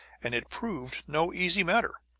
and it proved no easy matter.